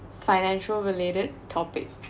financial related topic